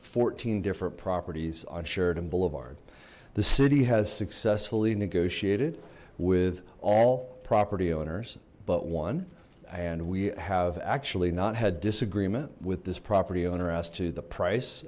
eighteen different properties on sheridan boulevard the city has successfully negotiated with all property owners but one and we have actually not had disagreement with this property owner as to the price